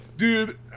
Dude